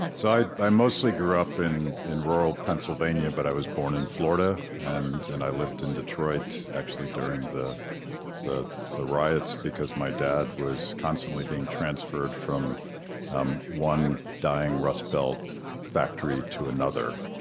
so i i mostly grew up in in rural pennsylvania, but i was born in florida. and and i lived in detroit, actually, during the the the riots because my dad was constantly being transferred from um one dying rust belt factory to another.